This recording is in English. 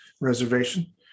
reservation